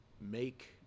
make